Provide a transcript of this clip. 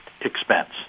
expense